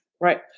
Right